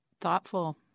thoughtful